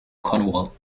cornwall